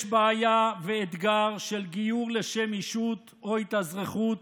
יש בעיה ואתגר של גיור לשם אישות או התאזרחות